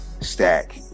stack